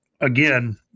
again